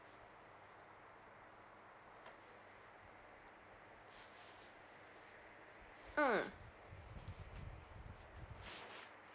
mm